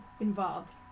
involved